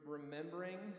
Remembering